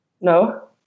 No